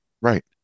Right